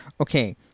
okay